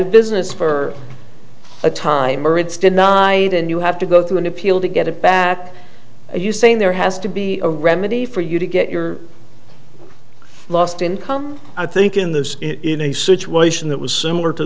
of business for a time or it's denied and you have to go through an appeal to get it back are you saying there has to be a remedy for you to get your lost income i think in this in a situation that was similar to